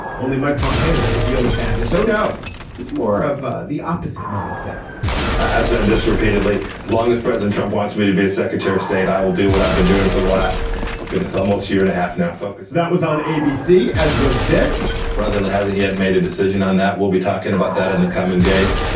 only mike pompeo doesn't deal in badness so now he's more of the opposite mindset i've said this repeatedly as long as president trump wants me to be a secretary of state i will do what i've been doing for the last goodness almost year and a half now focus that was on abc as was this president hasn't yet made a decision on that we'll be talking about that in the coming days.